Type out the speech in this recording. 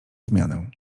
zmianę